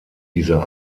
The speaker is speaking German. dieser